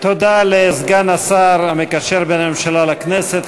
תודה לסגן השר המקשר בין הממשלה לכנסת,